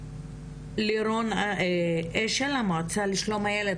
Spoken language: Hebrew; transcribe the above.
ללירון אשל המועצה לשלום הילד,